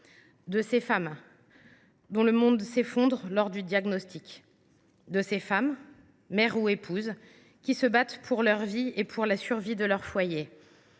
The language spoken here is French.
de ces femmes dont le monde s’effondre lors du diagnostic ; de ces femmes, mères ou épouses qui se battent pour leur vie et pour la survie de leur foyer